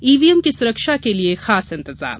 EVM की सुरक्षा के लिए खास इंतजाम